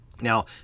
Now